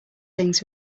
things